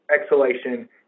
exhalation